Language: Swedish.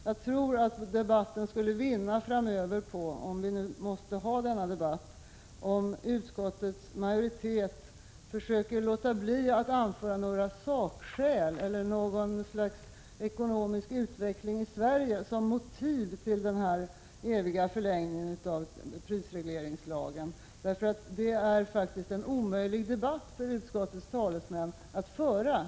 Jag tror att debatten framöver — om vi måste ha denna debatt — skulle vinna på om utskottets majoritet försökte låta bli att anföra några sakskäl eller något slags ekonomisk utveckling i Sverige som motiv för den eviga förlängningen av prisregleringslagen. Det är en omöjlig debatt att föra för utskottets talesman.